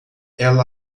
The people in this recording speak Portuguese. ela